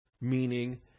Meaning